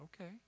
Okay